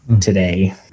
today